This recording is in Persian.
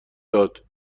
داد